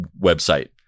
website